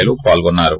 ఏ లు పాల్గొన్నారు